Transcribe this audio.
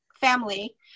family